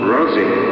Rosie